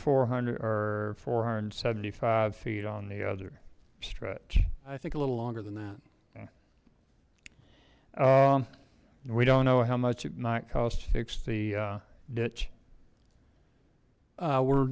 four hundred or four hundred and seventy five feet on the other stretch i think a little longer than that we don't know how much it might cost to fix the ditch we're